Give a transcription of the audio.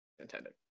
intended